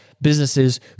businesses